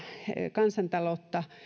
kansantaloutta